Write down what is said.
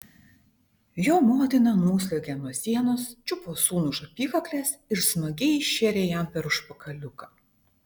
jo motina nusliuogė nuo sienos čiupo sūnų už apykaklės ir smagiai šėrė jam per užpakaliuką